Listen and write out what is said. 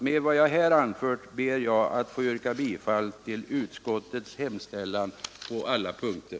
Med vad jag här anfört ber jag att få yrka bifall till utskottets hemställan på alla punkter.